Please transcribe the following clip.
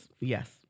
yes